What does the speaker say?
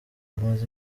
amaze